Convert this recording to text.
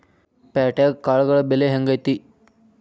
ಪ್ಯಾಟ್ಯಾಗ್ ಕಾಳುಗಳ ಬೆಲೆ ಹೆಂಗ್ ಐತಿ?